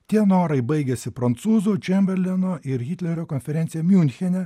tie norai baigiasi prancūzų čemberleno ir hitlerio konferencija miunchene